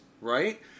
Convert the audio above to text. right